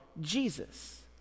Jesus